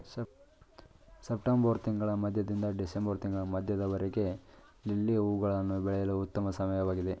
September ತಿಂಗಳ ಮಧ್ಯದಿಂದ December ತಿಂಗಳ ಮಧ್ಯದವರೆಗೆ ಲಿಲ್ಲಿ ಹೂವುಗಳನ್ನು ಬೆಳೆಯಲು ಉತ್ತಮ ಸಮಯವಾಗಿದೆ